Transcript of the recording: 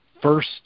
first